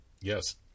Yes